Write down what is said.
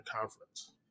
conference